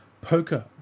poker